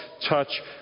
touch